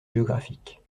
géographiques